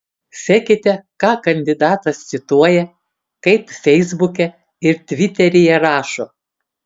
sekite ką kandidatas cituoja kaip feisbuke ir tviteryje rašo